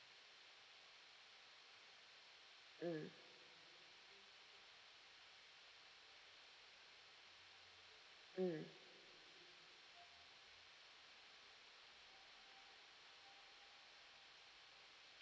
mm mm